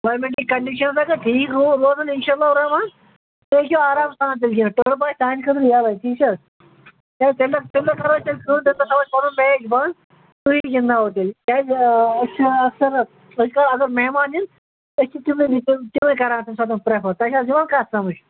government کہِ conditions اگر ٹھیٖک روٗ روزَن انشاء اللہُ الرحمٰن تُہۍ ہیٚکِو آرام سان تیٚلہِ گِندِتھ ٹرف آسہِ تُہٕنٛدِ خٲطرٕ یَلے ٹھیٖک چھِ حظ کیٛازِ تَمہِ دۄہ تَمہِ دۄہ کَرو أسۍ تیٚلہِ کٲم تَمہِ دۄہ تھاوو أسۍ پَنُن میچ بند تُہی گِنٛدناوو تیٚلہِ کیازِ أسۍ چھِ اَکثَر اگر مہمان یِن أسۍ چھِ تِمنٕے وٕنۍکٮ۪ن تِمنٕے کَران تَمہِ ساتہٕ پرٛیفَر تۄہہِ چھِ حظ یِوان کَتھ سَمٕج